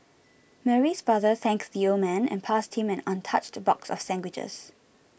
Mary's father thanked the old man and passed him an untouched box of sandwiches